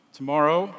tomorrow